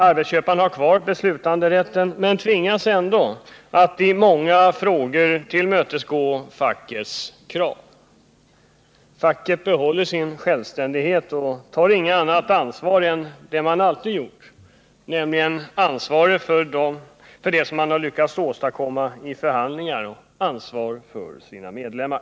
Arbetsköparna har kvar beslutanderätten men tvingas ändå att i många frågor tillmötesgå fackets krav. Facket behåller sin självständighet och tar inget annat ansvar än det man alltid tagit, nämligen ansvaret för vad man lyckats åstadkomma i förhandlingar och ansvaret för sina medlemmar.